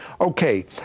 Okay